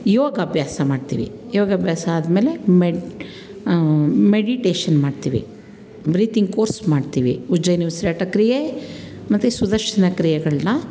ಯೋಗಾಭ್ಯಾಸ ಮಾಡ್ತೀವಿ ಯೋಗಾಭ್ಯಾಸ ಆದ್ಮೇಲೆ ಮೆಡ್ ಮೆಡಿಟೇಶನ್ ಮಾಡ್ತೀವಿ ಬ್ರೀಥಿಂಗ್ ಕೋರ್ಸ್ ಮಾಡ್ತೀವಿ ಉಜ್ಜಯಿನಿ ಉಸಿರಾಟ ಕ್ರಿಯೆ ಮತ್ತು ಸುದರ್ಶನ ಕ್ರಿಯೆಗಳನ್ನ